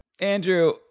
Andrew